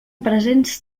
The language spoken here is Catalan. presents